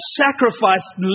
sacrificed